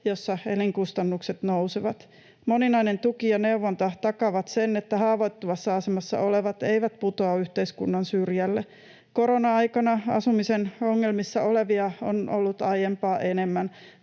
jossa elinkustannukset nousevat. Moninainen tuki ja neuvonta takaavat sen, että haavoittuvassa asemassa olevat eivät putoa yhteiskunnan syrjälle. Korona-aikana asumisen ongelmissa olevia on ollut aiempaa enemmän,